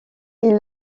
est